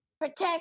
protect